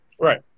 Right